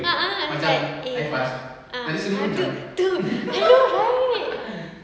a'ah it's like eh ah